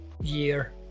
year